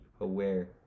aware